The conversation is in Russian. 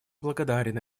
благодарен